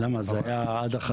למה, זה היה עד החתונה?